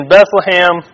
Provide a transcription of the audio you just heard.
Bethlehem